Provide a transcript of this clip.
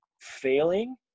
failing